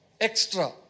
extra